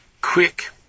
quick